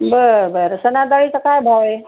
बरं बरं चणाडाळीचा काय भाव आहे